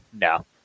No